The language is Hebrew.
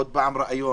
עוד פעם ראיון